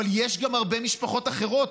אבל יש גם הרבה משפחות אחרות,